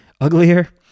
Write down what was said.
uglier